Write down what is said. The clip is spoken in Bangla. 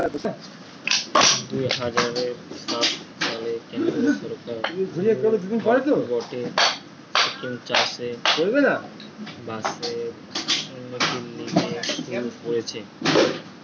দুই হাজার সাত সালে কেন্দ্রীয় সরকার নু গটে স্কিম চাষ বাসের উন্নতির লিগে শুরু করতিছে